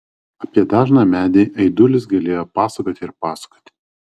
apie dažną medį aidulis galėjo pasakoti ir pasakoti